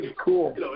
cool